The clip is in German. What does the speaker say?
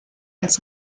als